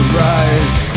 rise